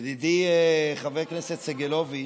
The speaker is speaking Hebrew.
ידידי חבר הכנסת סגלוביץ',